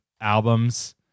albums